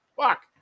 Fuck